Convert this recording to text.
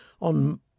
on